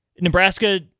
Nebraska